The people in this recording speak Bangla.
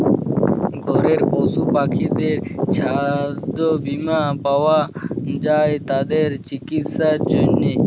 ঘরের পশু পাখিদের ছাস্থ বীমা পাওয়া যায় তাদের চিকিসার জনহে